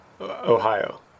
Ohio